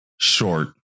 short